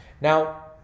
Now